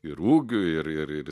ir ūgiu ir ir ir